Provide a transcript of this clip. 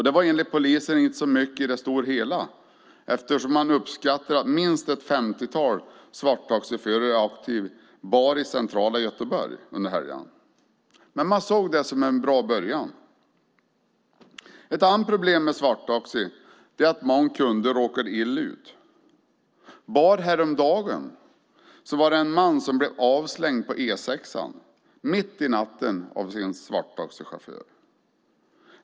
Det var enligt polisen inte så mycket i det stora hela, eftersom man uppskattar att minst ett femtiotal är aktiva bara i centrala Göteborg under helgerna, men man såg det som en bra början. Ett annat problem med svarttaxi är att många kunder råkar illa ut. Bara häromdagen var det en man som blev avslängd på E6:an mitt i natten av sin svarttaxichaufför.